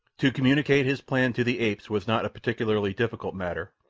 to communicate his plan to the apes was not a particularly difficult matter,